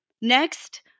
Next